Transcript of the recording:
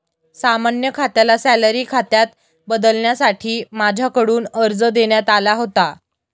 सामान्य खात्याला सॅलरी खात्यात बदलण्यासाठी माझ्याकडून अर्ज देण्यात आला होता